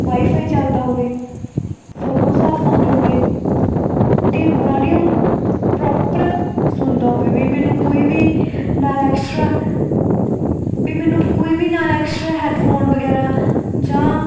wifi ਚਲਦਾ ਹੋਵੇ photo ਸਾਫ਼ ਆਉਂਦੀ ਹੋਵੇ ਅਤੇ ਵੋਲਿਊਮ ਪ੍ਰੋਪਰ ਸੁਣਦਾ ਹੋਵੇ ਵੀ ਮੈਨੂੰ ਕੋਈ ਵੀ ਨਾਲ ਐਕਸਟਰਾ ਵੀ ਮੈਨੂੰ ਕੋਈ ਵੀ ਐਕਸਟਰਾ ਹੈਡਫੋਨ ਵਗੈਰਾ ਜਾਂ